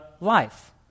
life